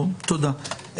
תודה.